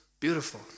Beautiful